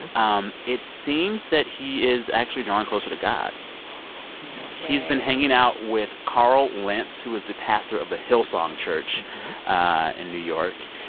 um it seems that he is actually drawing closer to god no way he's been hanging out with carl lentz, who is the pastor of the hillsong church in new york.